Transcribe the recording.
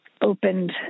opened